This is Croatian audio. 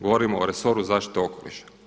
Govorimo o resoru zaštite okoliša.